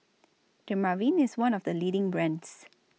Dermaveen IS one of The leading brands